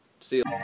See